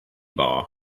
bar